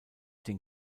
den